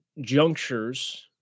junctures –